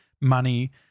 money